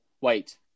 wait